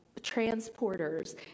transporters